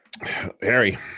harry